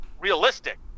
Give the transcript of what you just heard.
realistic